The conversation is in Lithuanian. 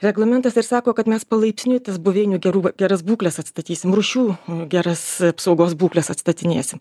reglamentas ir sako kad mes palaipsniui tas buveinių gerų geras būkles atstatysim rūšių geras apsaugos būkles atstatinėsim